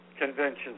convention